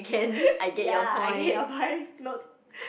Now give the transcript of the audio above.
ya I get your point note